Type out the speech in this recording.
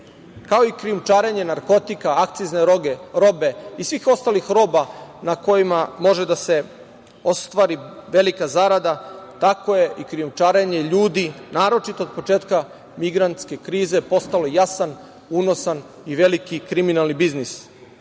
Kao i krijumčarenje narkotika, akcizne robe i svih ostalih roba na kojima može da se ostvari velika zarada, tako je i krijumčarenje ljudi, naročito od početka migrantske krize postalo jasan, unosan i veliki kriminalni biznis. Kako